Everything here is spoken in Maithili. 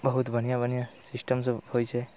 बहुत बढ़िआँ बढ़िआँ सिस्टमसभ होइत छै